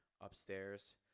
Upstairs